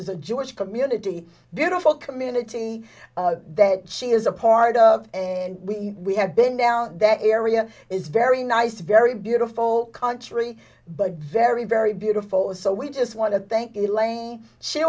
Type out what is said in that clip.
is a jewish community beautiful community that she is a part of and we we have been down that area is very nice very beautiful country but very very beautiful so we just want to thank you elaine she